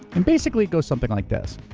and basically goes something like this,